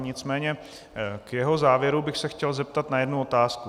Nicméně k jeho závěru bych se chtěl zeptat na jednu otázku.